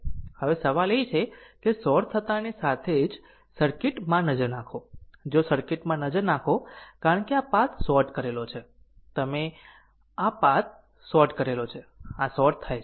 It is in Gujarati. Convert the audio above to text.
હવે સવાલ એ છે કે તે શોર્ટ થતાંની સાથે જ સર્કિટ માં નજર નાખો જો સર્કિટ માં નજર નાખો કારણ કે આ પાથ શોર્ટ કરેલો છે તેમ આ પાથ શોર્ટ થાય છે આ શોર્ટ થાય છે